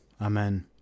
Amen